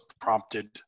prompted